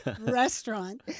restaurant